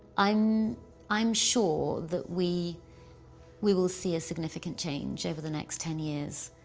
i'm i'm sure that we we will see a significant change over the next ten years.